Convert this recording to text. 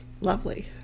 Lovely